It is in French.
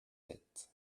sept